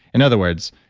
in other words,